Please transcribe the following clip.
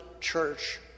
church